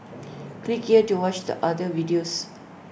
click here to watch the other videos